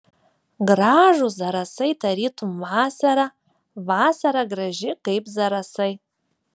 gražūs zarasai tarytum vasara vasara graži kaip zarasai